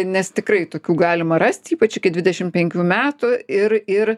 nes tikrai tokių galima rast ypač iki dvidešim penkių metų ir ir